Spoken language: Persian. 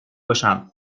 باشم